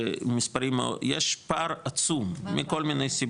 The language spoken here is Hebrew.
יש פער עצום מכל מיני סיבות.